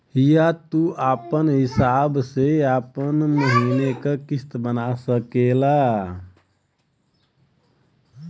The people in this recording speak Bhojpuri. हिंया तू आपन हिसाब से आपन महीने का किस्त बना सकेल